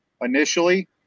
initially